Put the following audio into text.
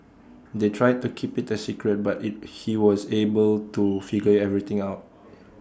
they tried to keep IT A secret but IT he was able to figure everything out